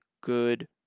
good